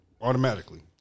Automatically